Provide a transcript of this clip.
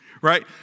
Right